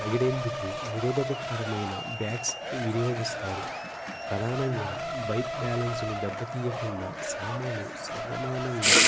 రగిడేందుకు నిరోధకకరమైన బ్యాగ్స్ వినియోగిస్తారు ప్రధానంగా బైక్ బ్యాలన్స్ను దెబ్బ తీయకుండా సామాను సామానంగా